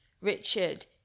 Richard